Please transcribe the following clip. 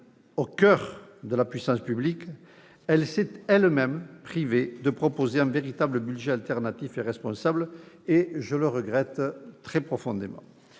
au coeur de la puissance publique -, elle s'est elle-même privée de proposer un véritable budget alternatif et responsable. Je le regrette très profondément.